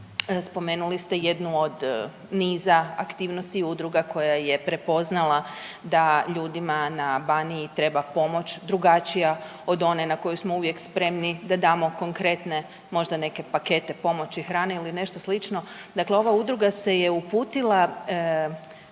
spomenuli ste jednu od niza aktivnosti udruga koja je prepoznala da ljudima na Baniji treba pomoć drugačija od one na koju smo uvijek spremni da damo konkretne možda neke pakete pomoći hrane ili nešto slično, dakle ova udruga se je uputila